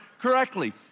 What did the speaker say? correctly